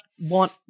want